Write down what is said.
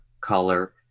color